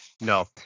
No